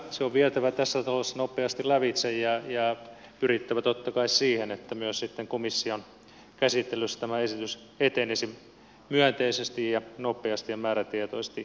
se on vietävä tässä talossa nopeasti lävitse ja pyrittävä totta kai siihen että myös sitten komission käsittelyssä tämä esitys etenisi myönteisesti nopeasti ja määrätietoisesti eteenpäin